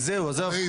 עזוב,